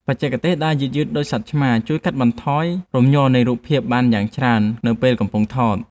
បច្ចេកទេសដើរយឺតៗដូចសត្វឆ្មាជួយកាត់បន្ថយរំញ័រនៃរូបភាពបានយ៉ាងច្រើននៅពេលកំពុងថត។